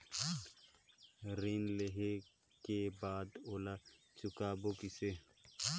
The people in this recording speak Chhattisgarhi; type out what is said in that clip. ऋण लेहें के बाद ओला चुकाबो किसे?